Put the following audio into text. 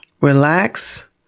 relax